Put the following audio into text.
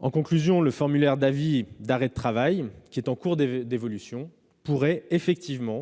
de travail. Le formulaire d'avis d'arrêt de travail, qui est en cours d'évolution, pourrait en effet